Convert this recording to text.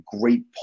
great